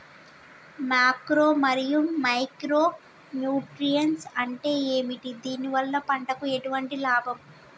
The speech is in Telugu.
మాక్రో మరియు మైక్రో న్యూట్రియన్స్ అంటే ఏమిటి? దీనివల్ల పంటకు ఎటువంటి లాభం?